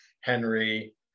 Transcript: Henry